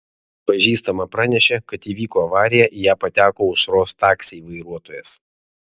pažįstama pranešė kad įvyko avarija į ją pateko aušros taksiai vairuotojas